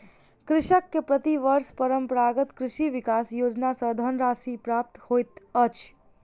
कृषक के प्रति वर्ष परंपरागत कृषि विकास योजना सॅ धनराशि प्राप्त होइत अछि